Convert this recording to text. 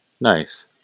Nice